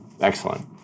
Excellent